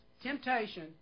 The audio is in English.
temptation